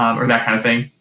or that kind of thing.